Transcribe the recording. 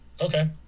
Okay